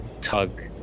tug